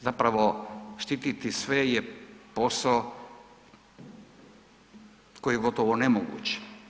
Zapravo štititi sve je posao koji je gotovo nemoguć.